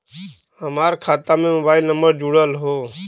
हमार खाता में मोबाइल नम्बर जुड़ल हो?